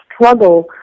struggle